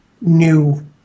new